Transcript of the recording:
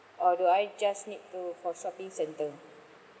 or do I just need to for shopping centre